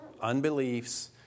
unbeliefs